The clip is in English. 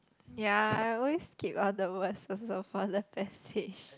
ya I always skip all the words also for the passage